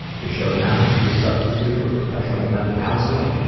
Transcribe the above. this show is not meant to be a substitute for professional mental counseling.